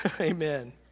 Amen